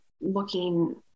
looking